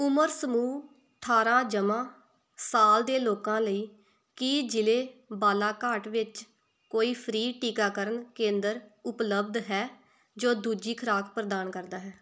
ਉਮਰ ਸਮੂਹ ਅਠਾਰ੍ਹਾਂ ਜਮ੍ਹਾਂ ਸਾਲ ਦੇ ਲੋਕਾਂ ਲਈ ਕੀ ਜ਼ਿਲ੍ਹੇ ਬਾਲਾਘਾਟ ਵਿੱਚ ਕੋਈ ਫ੍ਰੀ ਟੀਕਾਕਰਨ ਕੇਂਦਰ ਉਪਲਬਧ ਹੈ ਜੋ ਦੂਜੀ ਖੁਰਾਕ ਪ੍ਰਦਾਨ ਕਰਦਾ ਹੈ